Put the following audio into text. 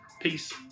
Peace